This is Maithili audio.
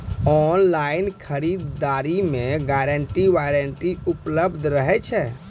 ऑनलाइन खरीद दरी मे गारंटी वारंटी उपलब्ध रहे छै?